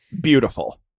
beautiful